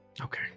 okay